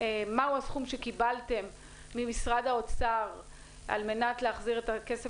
מהו הסכום שקיבלתם ממשרד האוצר על-מנת להחזיר את הכסף